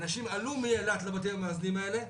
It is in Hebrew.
ואנשים עלו מאילת לבתים המאזנים האלה,